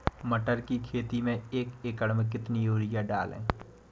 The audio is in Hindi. मटर की खेती में एक एकड़ में कितनी यूरिया डालें?